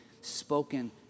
spoken